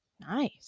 Nice